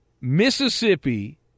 Mississippi